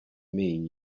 mean